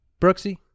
Brooksy